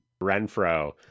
Renfro